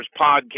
Podcast